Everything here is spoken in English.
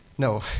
No